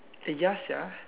yes ya